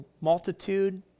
multitude